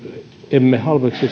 emme halveksi